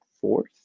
fourth